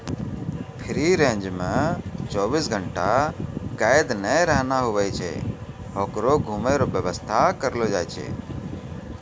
free range मे चौबीस घंटा कैद नै रहना हुवै छै होकरो घुमै रो वेवस्था करलो जाय छै